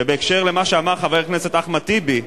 בקשר למה שאמר חבר הכנסת אחמד טיבי,